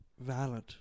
valid